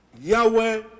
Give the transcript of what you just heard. Yahweh